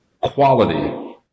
quality